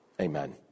amen